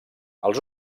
els